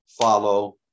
follow